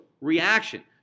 reaction